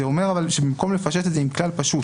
זה אומר שבמקום לפשט את זה עם כלל פשוט